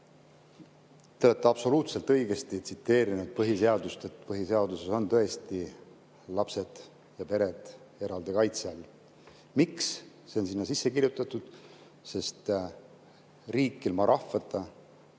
Te olete absoluutselt õigesti tsiteerinud põhiseadust. Põhiseaduses on tõesti lapsed ja pered erilise kaitse all. Miks see on sinna sisse kirjutatud? Sest riik ilma rahvata,